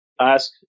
ask